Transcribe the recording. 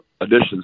additions